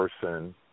person